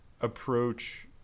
Approach